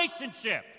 relationship